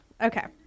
Okay